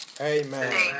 Amen